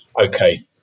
okay